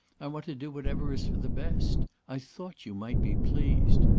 i want to do whatever is for the best. i thought you might be pleased.